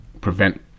prevent